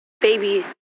baby